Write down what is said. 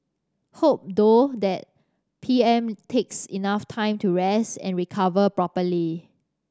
hope though that P M takes enough time to rest and recover properly